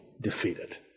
defeated